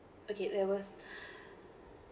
okay there was